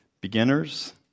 beginners